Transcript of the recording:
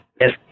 Yes